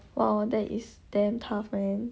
!wow! that is damn tough man